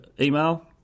email